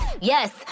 Yes